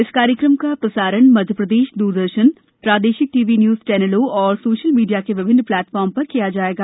इस कार्यक्रम का मध्य प्रदेश द्रदर्शन प्रादेशिक टीवी न्यूज चैनलों और सोशल मीडिया के विभिन्न प्लेटफॉर्म पर प्रसारण किया जाएगा